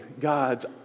God's